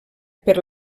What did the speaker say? per